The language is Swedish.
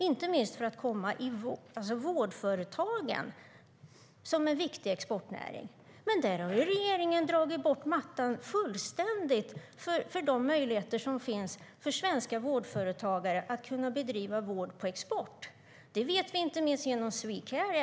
Inte minst är vårdföretagen en viktig exportnäring. Där har dock regeringen dragit bort mattan fullständigt för de möjligheter som finns för svenska vårdföretagare att bedriva vård på export. Det vet vi inte minst genom Swedecare.